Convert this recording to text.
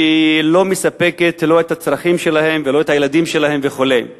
שלא מספקת את הצרכים שלהם ושל הילדים שלהם וכו'.